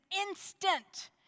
instant